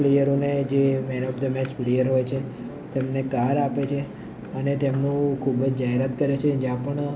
પ્લેયરોને જે man of the match player હોય છે તેમને કાર આપે છે અને તેમનું ખૂબ જ જાહેરાત કરે છે જ્યાં પણ